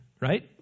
right